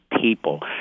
people